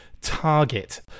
target